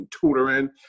tutoring